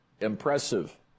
Impressive